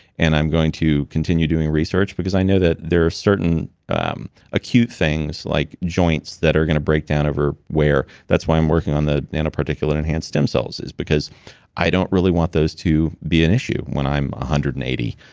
and i'm going to continue doing research. because i know that there are certain um acute things, like joints, that are going to break down over wear. that's why i'm working on the nanoparticulate enhanced stem cells, is because i don't really want those to be an issue when i'm one ah hundred and eighty.